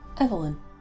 Evelyn